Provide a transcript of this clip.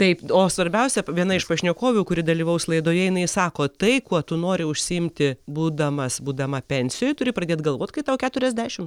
taip o svarbiausia viena iš pašnekovių kuri dalyvaus laidoje jinai sako tai kuo tu nori užsiimt būdamas būdama pensijoj turi pradėt galvot kai tau keturiasdešimt